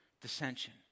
dissension